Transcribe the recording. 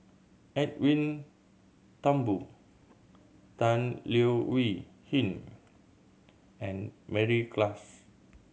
Edwin Thumboo Tan Leo Wee Hin and Mary Klass